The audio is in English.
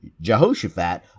Jehoshaphat